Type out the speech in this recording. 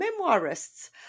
memoirists